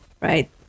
right